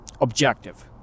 objective